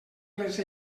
les